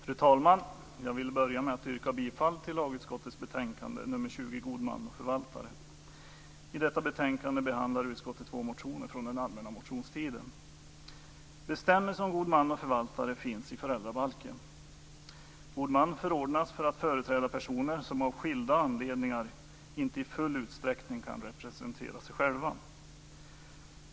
Fru talman! Jag vill börja med att yrka bifall till hemställan i lagutskottets betänkande nr 20 God man och förvaltare. I detta betänkande behandlar utskottet två motioner från den allmänna motionstiden. Bestämmelser om god man och förvaltare finns i föräldrabalken. God man förordnas för att företräda personer som av skilda anledningar inte i full utsträckning kan representera sig själva.